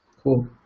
Cool